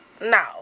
no